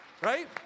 right